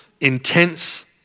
intense